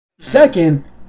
Second